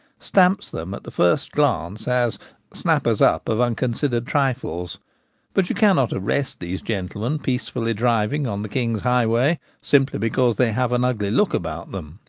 stamps them at the first glance as snappers up of unconsidered trifles but you cannot arrest these gentlemen peacefully driving on the king's highway simply because they have an ugly look about them.